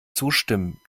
zustimmen